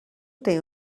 tem